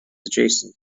adjacent